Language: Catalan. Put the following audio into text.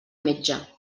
metge